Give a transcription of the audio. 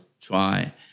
try –